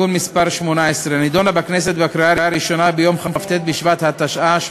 (תיקון מס' 18) נדונה בכנסת בקריאה הראשונה ביום כ"ט בשבט התשע"ו,